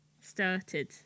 started